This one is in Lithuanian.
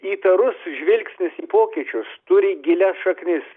įtarus žvilgsnis į pokyčius turi gilias šaknis